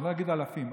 אני לא אגיד אלפים,